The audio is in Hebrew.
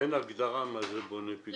אין הגדרה מהו בונה פיגומים?